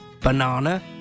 banana